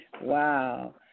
Wow